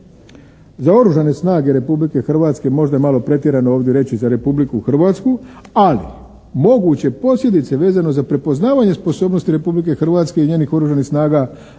za Oružane snage Republike Hrvatske možda malo pretjerano ovdje reći za Republiku Hrvatsku. Ali moguće posljedice vezano za prepoznavanje sposobnosti Republike Hrvatske i njenih Oružanih snaga da